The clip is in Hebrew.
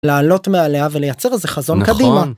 לעלות מעליה ולייצר איזה חזון קדימה.